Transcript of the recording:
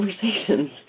conversations